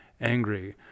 angry